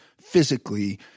physically